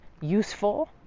useful